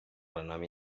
renom